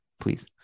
Please